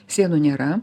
sienų nėra